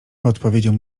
odpowiedział